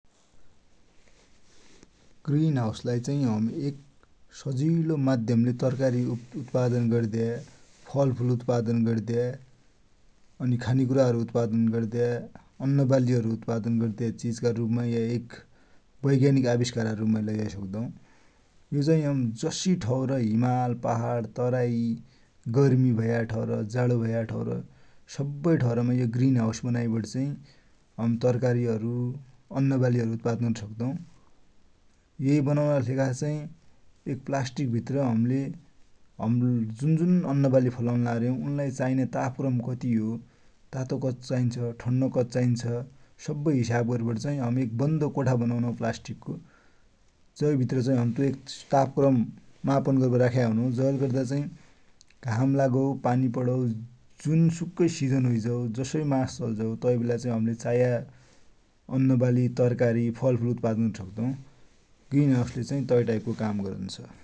ग्रीनहाउसलाई चाही हम एक सजिलो माध्यमले तरकारी उत्पादन गद्या, फलफुल उत्पादन गद्या, अनि खानेकुराहरु उत्पादन गद्या, अन्नवालीहरु उत्पादन गद्या चिजका रुपमा या एक वैज्ञानिक आविस्कारका रुपमा लैझाइसक्दु । यो चाही जसी ठौर हिमाल, पहाड, तराई, गर्मी भया ठौर, जाडो भया ठौर, सब्वै ठौर यो ग्रीन हाउस बनाइवटि चाहि हम तरकारीहरु, अन्नवालीहरु उत्पादन गरिसक्दौँ । ये बनुनाकी लेखा चाहि एक प्लास्टिक भित्र हमले जुनजुन अन्नवाली फलुनलार्यौ उनलाई चाइन्या तापक्रम कति हो, तातो कति चाइन्छ, ठन्डो कति चाइन्छ, सवै हिसाव गरिवटि चाहि हम एक वन्द कोठा बनौनु प्लास्टिकको, जै भित्र चाहि हम एक तापक्रम मापन गरिवटि राख्या हुनु, जैले गर्दा चाहि घाम लागौ, पानी पडौ, जुनसुकै सिजन होइझौ, जसोइ मास चलिझौ तैवेला चाहि हमले चाह्या अन्नवाली, तरकारी, फलफुल उत्पादन गरिसक्दुँ, ग्रीनहाउसले चाही तै अन्सारको काम गरुन्छ ।